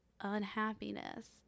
unhappiness